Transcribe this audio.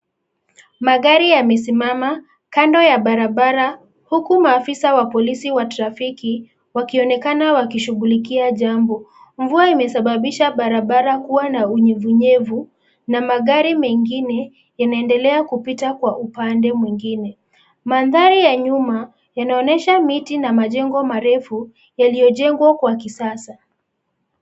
Magari yamesimama kando ya barabara huku maafisa wa polisi wa trafiki wakionekana wakishughulikia jambo. Mvua imesababisha barabara kua na unyevunyevu na magari mengine yanaendelea kupita kwa upande mwingine. Mandhari ya nyuma yanaonesha miti na majengo marefu yaliyojengwa kwa kisasa.